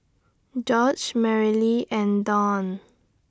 George Marilee and Don